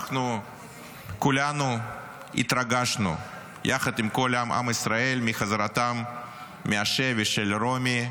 כולנו התרגשנו יחד עם כל עם ישראל מחזרתן מהשבי של רומי,